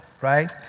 right